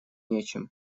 нечем